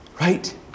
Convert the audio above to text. right